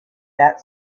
that